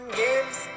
games